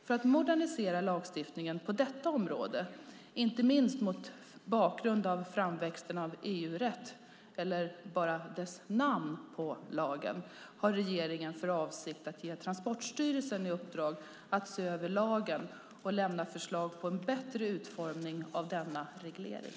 För att modernisera lagstiftningen på detta område - inte minst mot bakgrund av framväxten av EU-rätt och namnet på lagen - har regeringen för avsikt att ge Transportstyrelsen i uppdrag att se över lagen och lämna förslag på en bättre utformning av denna reglering.